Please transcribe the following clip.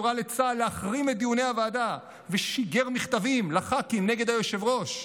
הורה לצה"ל להחרים את דיוני הוועדה ושיגר מכתבים לח"כים נגד היושב-ראש,